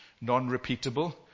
non-repeatable